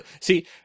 see